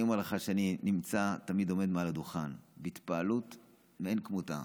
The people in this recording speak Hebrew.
אני אומר לך שאני נמצא תמיד עומד מעל הדוכן בהתפעלות מאין כמותה.